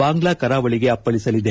ಬಾಂಗ್ಲಾ ಕರಾವಳಿಗೆ ಅಪ್ಪಳಿಸಲಿದೆ